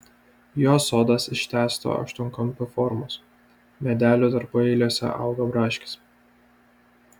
jo sodas ištęsto aštuonkampio formos medelių tarpueiliuose auga braškės